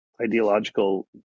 ideological